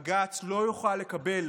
בג"ץ, לא יוכלו לקבל